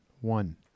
One